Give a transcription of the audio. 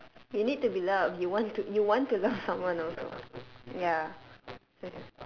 you need to be loved you want to you want to love someone also ya